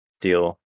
deal